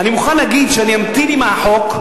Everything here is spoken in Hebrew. אני מוכן להגיד שאני אמתין עם החוק,